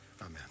Amen